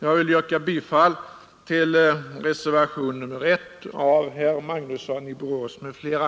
Jag vill yrka bifall till reservationen 1 av herr Magnusson i Borås m.fl.